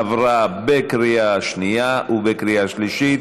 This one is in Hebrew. עברה בקריאה שנייה ובקריאה שלישית.